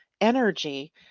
energy